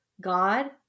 God